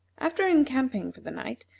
after encamping for the night,